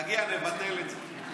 נגיע ונבטל את זה.